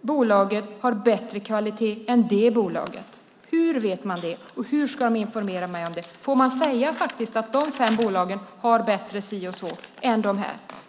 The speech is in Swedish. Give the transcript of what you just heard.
bolag har bättre kvalitet än ett annat bolag? Hur vet man det, och hur ska de informera mig om det? Får man säga till exempel att dessa fem bolag har bättre kvalitet än några andra bolag?